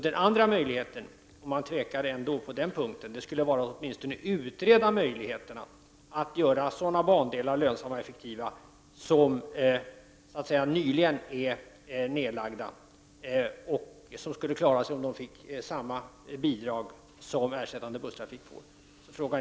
Den andra möjligheten är — även om man tvekar på den punkten — att åtminstone utreda möjligheterna att göra bandelar lönsamma och effektiva som nyligen har lagts ned. Det skulle gå att klara de bandelarna om de fick samma bidrag som ersättande busstrafik får.